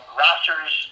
rosters